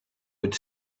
would